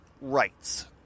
rights